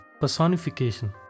personification